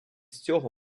цього